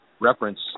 reference